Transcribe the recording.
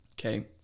Okay